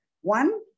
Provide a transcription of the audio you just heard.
one